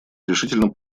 решительно